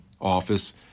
office